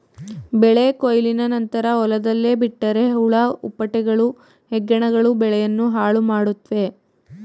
ಬೆಳೆ ಕೊಯ್ಲಿನ ನಂತರ ಹೊಲದಲ್ಲೇ ಬಿಟ್ಟರೆ ಹುಳ ಹುಪ್ಪಟೆಗಳು, ಹೆಗ್ಗಣಗಳು ಬೆಳೆಯನ್ನು ಹಾಳುಮಾಡುತ್ವೆ